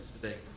today